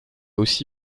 aussi